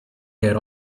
had